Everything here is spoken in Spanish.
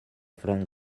frank